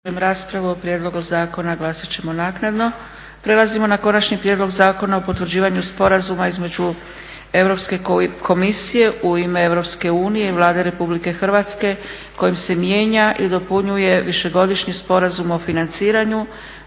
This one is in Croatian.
raspravu. O prijedlogu zakona glasat ćemo naknadno. **Leko, Josip (SDP)** Konačni prijedlog zakona o potvrđivanju sporazuma između Europske komisije u ime EU i Vlade RH kojim se mijenja i dopunjuje višegodišnji sporazum o financiranju